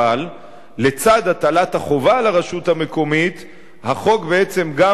אבל לצד הטלת החובה על הרשות המקומית החוק בעצם גם